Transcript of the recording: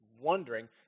wondering